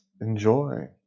enjoy